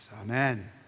Amen